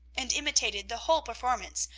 and imitated the whole performance,